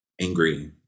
angry